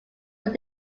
what